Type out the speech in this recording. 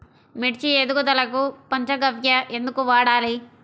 మిర్చి ఎదుగుదలకు పంచ గవ్య ఎందుకు వాడాలి?